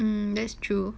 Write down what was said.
mmhmm that's true